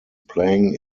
playing